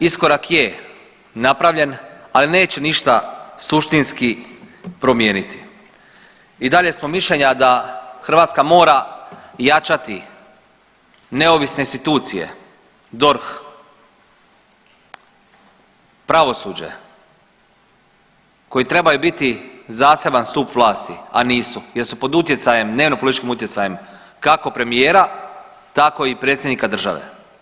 Iskorak je napravljen, ali neće ništa suštinski promijeniti i dalje smo mišljenja da Hrvatska mora jačati neovisne institucije DORH, pravosuđe koji trebaju biti zaseban stup vlasti, a nisu jer su pod utjecajem, dnevnopolitičkim utjecajem kako premijera tako i predsjednika države.